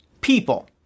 People